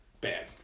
Bad